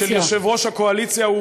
יושב-ראש הקואליציה,